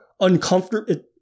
uncomfortable